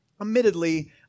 admittedly